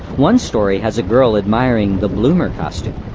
one story has a girl admiring the bloomer costume,